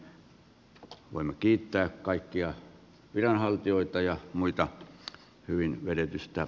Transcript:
näin voimme kiittää kaikkia viranhaltijoita ja muita hyvin vedetystä